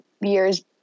years